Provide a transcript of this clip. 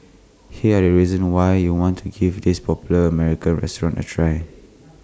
here are the reasons why you'd want to give this popular American restaurant A try